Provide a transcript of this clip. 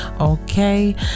Okay